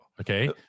okay